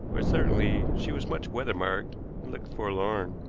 but certainly she was much weather-marked and looked forlorn.